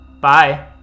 bye